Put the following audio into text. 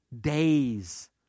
Days